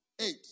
Eight